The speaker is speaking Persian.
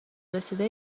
رسیده